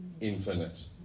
infinite